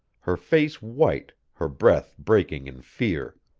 her face white, her breath breaking in fear.